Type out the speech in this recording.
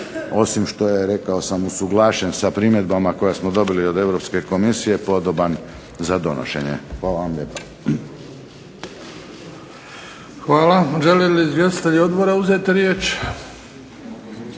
osim što je usuglašen sa primjedbama koje smo dobili od Europske komisije, podoban za donošenje. Hvala vam lijepa. **Bebić, Luka (HDZ)** Hvala. Žele li izvjestitelji Odbora uzeti riječ?